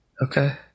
Okay